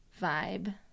vibe